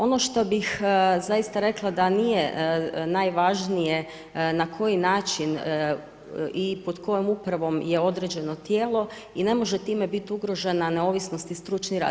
Ono što bih zaista rekla da nije najvažnije na koji način i pod kojom upravom je određeno tijelo i ne može time bit ugrožena neovisnost i stručni rad.